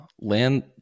land –